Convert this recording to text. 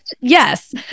Yes